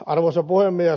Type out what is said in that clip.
arvoisa puhemies